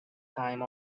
time